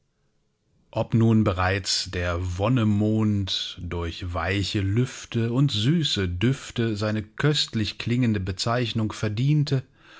ob nun bereits der wonnemond durch weiche lüfte und süße düfte seine köstlich klingende bezeichnung verdiente